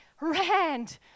rand